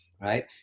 right